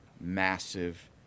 massive